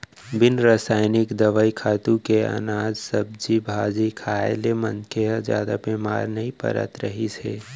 बिन रसइनिक दवई, खातू के अनाज, सब्जी भाजी खाए ले मनखे ह जादा बेमार नइ परत रहिस हे